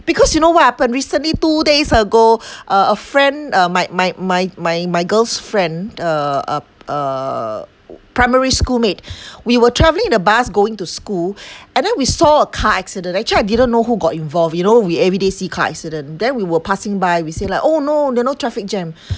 because you know what happen recently two days ago uh a friend my my my my my girl's friend uh uh uh primary school mate we were traveling in the bus going to school and then we saw a car accident actually I didn't know who got involved you know we every day see car accident then we were passing by we say like oh no you know traffic jam